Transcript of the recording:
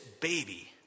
baby